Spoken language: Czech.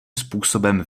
způsobem